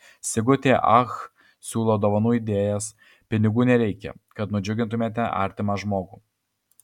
sigutė ach siūlo dovanų idėjas pinigų nereikia kad nudžiugintumėte artimą žmogų